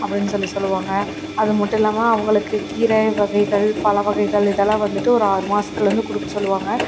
அப்படின்னு சொல்லி சொல்லுவாங்க அதுமட்டும் இல்லாமல் அவங்களுக்கு கீர வகைகள் பல வகைகள் இதெல்லாம் வந்துட்டு ஒரு ஆறு மாசத்திலேருந்து கொடுக்க சொல்லுவாங்க